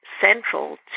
central